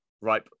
right